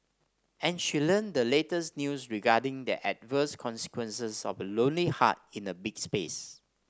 and she learnt the latest news regarding the adverse consequences of a lonely heart in a big space